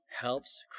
helps